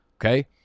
Okay